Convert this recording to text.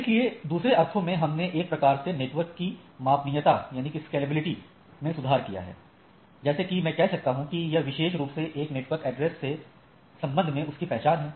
इसलिए दूसरे अर्थों में हमने एक प्रकार से नेटवर्क की मापनीयता में सुधार किया है जैसे कि मैं कह सकता हूं कि यह विशेष रूप से एक नेटवर्क एड्रेस के संबंध में उसकी पहचान है